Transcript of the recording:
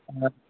ಹಾಂ